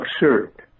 observed